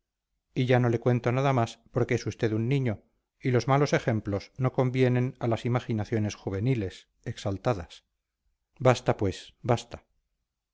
y ya no le cuento nada más porque es usted un niño y los malos ejemplos no convienen a las imaginaciones juveniles exaltadas basta pues basta